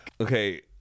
okay